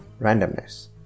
randomness